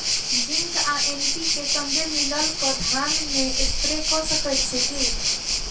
Zinc आ NPK, संगे मिलल कऽ धान मे स्प्रे कऽ सकैत छी की?